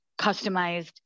customized